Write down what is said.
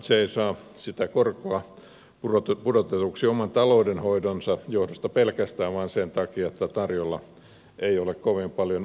se ei saa sitä korkoa pudotetuksi pelkästään oman taloudenhoitonsa johdosta vaan sen takia että tarjolla ei ole kovin paljon vaihtoehtoja